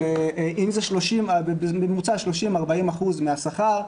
אבל זה בממוצע 30%-50% מהשכר,